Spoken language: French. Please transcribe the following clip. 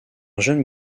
jeune